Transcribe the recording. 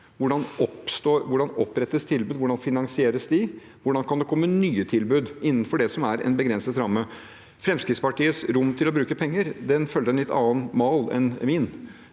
Hvordan opprettes tilbud? Hvor dan finansieres de? Hvordan kan det komme nye tilbud innenfor det som er en begrenset ramme? Fremskrittspartiets rom til å bruke penger følger en litt annen mal enn min.